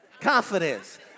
confidence